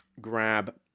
grab